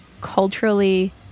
culturally